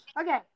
Okay